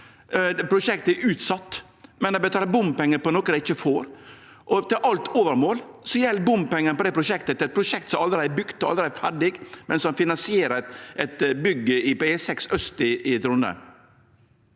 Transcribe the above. Prosjektet er utsett, men dei betalar bompengar på noko dei ikkje får. Til alt overmål gjeld bompengane på det prosjektet eit prosjekt som allereie er bygd, og allereie er ferdig, men som finansierer eit bygg på E6 aust i Trondheim.